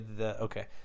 Okay